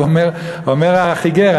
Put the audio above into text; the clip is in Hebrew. אומר החיגר,